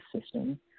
system